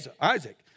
Isaac